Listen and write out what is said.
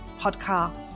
podcast